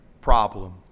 problem